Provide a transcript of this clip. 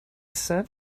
sat